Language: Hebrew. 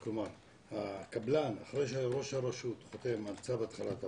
כלומר, אחרי שראש הרשות חותם על צו התחלת עבודה,